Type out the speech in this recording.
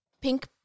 pink